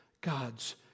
God's